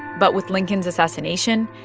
but with lincoln's assassination,